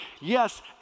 Yes